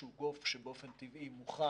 שהוא גוף שבאופן טבעי מוכן